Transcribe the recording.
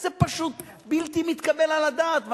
זה פשוט בלתי מתקבל על הדעת.